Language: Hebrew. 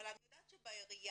אבל אני יודעת שבעירייה,